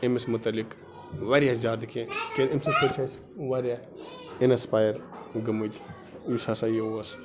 أمِس مُتعلِق واریاہ زیادٕ کیٚنٛہہ کیٛاز کہِ أمۍ سٕنٛدِ سۭتۍ چھِ اَسہِ واریاہ اِنَسپایَر گٔمٕتۍ یُس ہَسا یہِ اوس